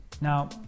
Now